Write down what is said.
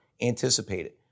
anticipated